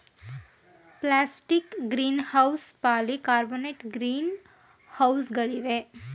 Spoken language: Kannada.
plastic greenhouse, polycarbonate green ಹೌಸ್ಗಳಿವೆ